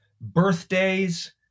birthdays